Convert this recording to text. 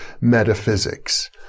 Metaphysics